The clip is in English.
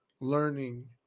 learning